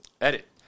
Edit